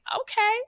okay